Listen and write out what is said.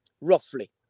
Roughly